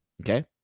Okay